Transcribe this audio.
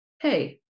hey